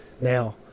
Now